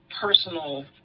personal